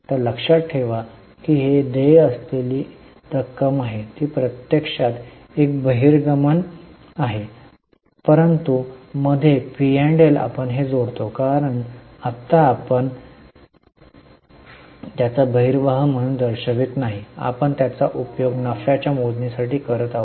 तर लक्षात ठेवा की ही देय दिलेली आहे ती प्रत्यक्षात एक बहिर्गमन आहे परंतु मध्ये पी आणि एल आपण हे जोडतो कारण आत्ता आपण त्याचा बहिर्वाह म्हणून दर्शवित नाही आपण त्याचा उपयोग नफ्याच्या मोजणीसाठी करत आहोत